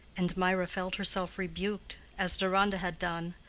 and mirah felt herself rebuked, as deronda had done.